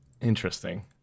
Interesting